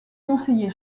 conseiller